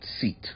seat